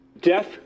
Death